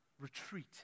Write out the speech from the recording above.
retreat